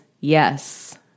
yes